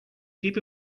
keep